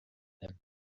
them